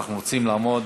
אנחנו רוצים לעמוד